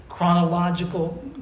chronological